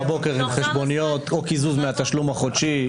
בבוקר עם חשבוניות או קיזוז מהתשלום החודשי.